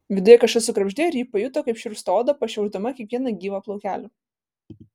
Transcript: viduje kažkas sukrebždėjo ir ji pajuto kaip šiurpsta oda pašiaušdama kiekvieną gyvą plaukelį